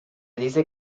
dice